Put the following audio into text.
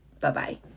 Bye-bye